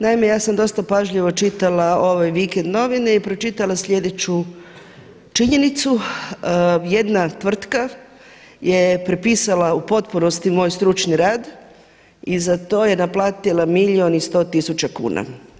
Naime, ja sam dosta pažljivo čitala ovaj vikend novine i pročitala sljedeću činjenicu – jedna tvrtka je prepisala u potpunosti moj stručni rad i za to je naplatila milijun i 100 tisuća kuna.